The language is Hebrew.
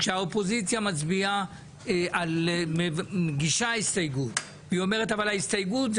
כשהאופוזיציה מגישה הסתייגות והיא אומרת שההסתייגות היא